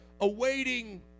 awaiting